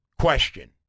question